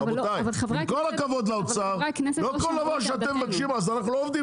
לא, אבל חברי הכנסת לא שמעו את עמדתנו.